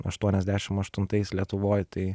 aštuoniasdešim aštuntais lietuvoj tai